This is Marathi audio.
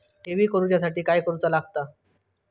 ठेवी करूच्या साठी काय करूचा लागता?